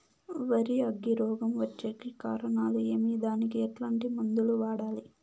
వరి అగ్గి రోగం వచ్చేకి కారణాలు ఏమి దానికి ఎట్లాంటి మందులు వాడాలి?